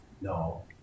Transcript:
No